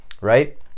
right